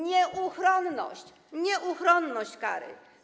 Nieuchronność, nieuchronność kary.